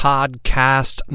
Podcast